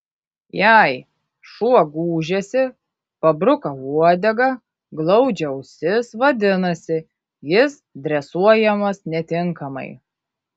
jei šuo gūžiasi pabruka uodegą glaudžia ausis vadinasi jis dresuojamas netinkamai